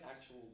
actual